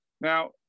now